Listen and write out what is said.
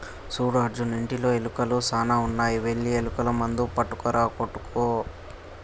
సూడు అర్జున్ ఇంటిలో ఎలుకలు సాన ఉన్నాయి వెళ్లి ఎలుకల మందు పట్టుకురా కోట్టులో